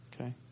Okay